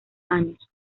años